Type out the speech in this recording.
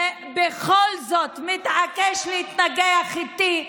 ובכל זאת מתעקש להתנגח איתי,